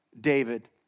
David